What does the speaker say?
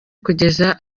kugeza